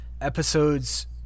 episodes